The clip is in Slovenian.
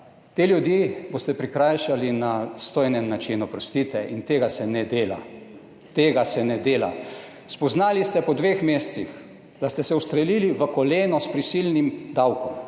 te ljudi boste prikrajšali na sto in en način, oprostite, in tega se ne dela. Tega se ne dela. Spoznali ste po dveh mesecih, da ste se ustrelili v koleno s prisilnim davkom,